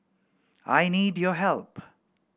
I need your help